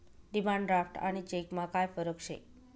demand draft आणि चेकमा काय फरक शे